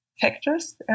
factors